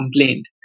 complained